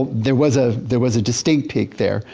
there was ah there was a distinct peak there.